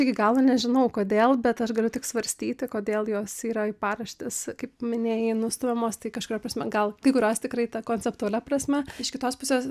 iki galo nežinau kodėl bet aš galiu tik svarstyti kodėl jos yra į paraštes kaip minėjai nustumiamos tai kažkuria prasme gal kai kurios tikrai ta konceptualia prasme iš kitos pusės